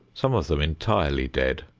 some of them entirely dead,